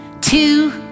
two